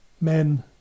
men